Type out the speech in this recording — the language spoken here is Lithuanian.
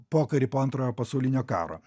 pokarį po antrojo pasaulinio karo